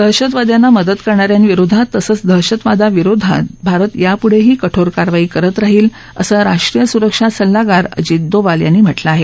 दहशतवाद्यांना मदत करणा यांविरोधात तसंच दहशतवादाविरोधात भारत यापुढेही कठोर कारवाई करत राहील असं राष्ट्रीय सुरक्षा सल्लागार अजित डोवाल यांनी म्हटलं आहे